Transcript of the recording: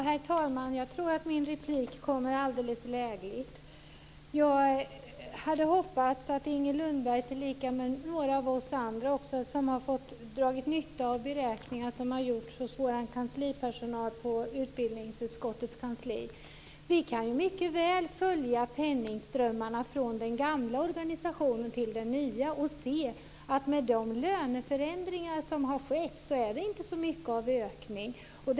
Herr talman! Jag tror att min replik kommer alldeles lägligt. Jag hade hoppats att Inger Lundberg tillika med några av oss andra hade dragit nytta av beräkningar som har gjorts av vår personal på utbildningsutskottets kansli. Vi kan mycket väl följa penningströmmarna från den gamla organisationen till den nya och se att med de löneförändringar som har skett är det inte så mycket av en ökning.